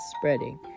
spreading